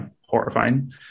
horrifying